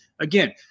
Again